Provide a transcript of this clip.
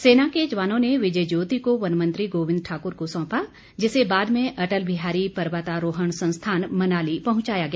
सेना के जवानों ने विजय ज्योति को वन मंत्री गोविंद ठाकुर को सौंपा जिसे बाद में अटल बिहारी पर्वतारोहण संस्थान मनाली पहंचाया गया